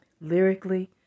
lyrically